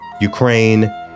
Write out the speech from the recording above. Ukraine